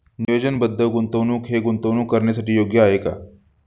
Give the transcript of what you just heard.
नियोजनबद्ध गुंतवणूक हे गुंतवणूक करण्यासाठी योग्य आहे का?